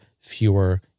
fewer